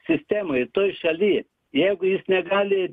sistemoj toj šaly jeigu jis negali